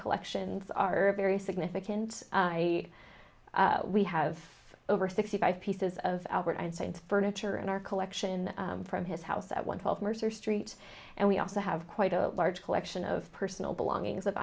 collections are very significant i we have over sixty five pieces of albert einstein furniture in our collection from his house at one twelve mercer street and we also have quite a large collection of personal belongings